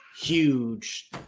huge